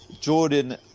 Jordan